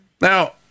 Now